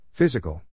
Physical